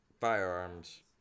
firearms